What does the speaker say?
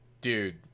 Dude